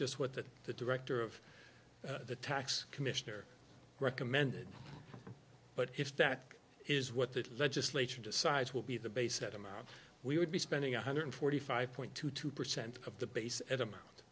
just what the the director of the tax commissioner recommended but if that is what the legislature decides will be the base that amount we would be spending one hundred forty five point two two percent of the base at amount